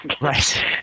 Right